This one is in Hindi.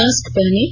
मास्क पहनें